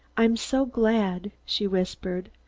i'm so glad, she whispered.